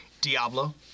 Diablo